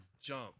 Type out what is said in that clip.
jump